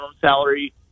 salary